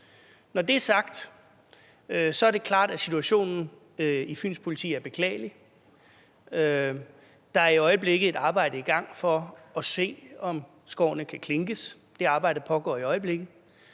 Når det er sagt, er det klart, at situationen i Fyns Politi er beklagelig. Der er i øjeblikket et arbejde i gang for at se, om skårene kan klinkes. Det arbejde pågår i øjeblikket.